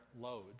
load